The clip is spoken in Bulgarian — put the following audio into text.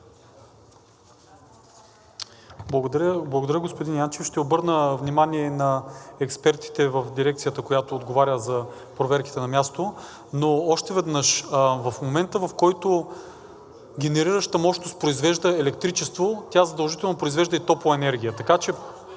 Благодаря, господин Янчев. Ще обърна внимание на експертите в дирекцията, която отговаря за проверките на място. Но още веднъж, в момента, в който генерираща мощност произвежда електричество, тя задължително произвежда и топлоенергия.